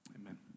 amen